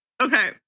okay